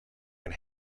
and